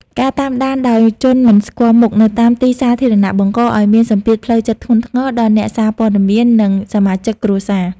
ការតាមដានដោយជនមិនស្គាល់មុខនៅតាមទីសាធារណៈ បង្កឱ្យមានសម្ពាធផ្លូវចិត្តធ្ងន់ធ្ងរដល់អ្នកសារព័ត៌មាន និងសមាជិកគ្រួសារ។